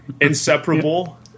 Inseparable